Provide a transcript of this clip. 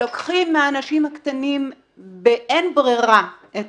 לוקחים מהאנשים הקטנים באין ברירה את